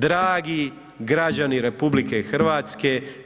Dragi građani RH,